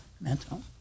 mental